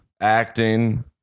acting